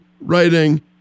writing